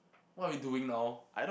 what are we doing now